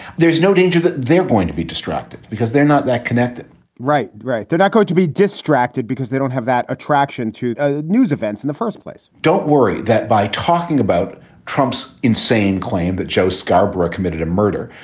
there is no danger that they're going to be distracted because they're not that connected right. right. they're not going to be distracted because they don't have that attraction to ah news events in the first place don't worry that by talking about trump's insane claim that joe scarborough committed a murder,